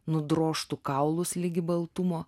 nudrožtų kaulus ligi baltumo